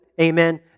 Amen